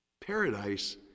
paradise